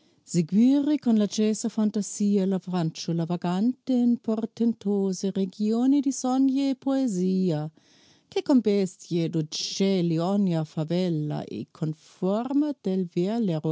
con l'accesa fantasia la fanciulla vagante in portentose regïoni di sogni e poesia che con bestie ed uccelli ognor favella e con forma del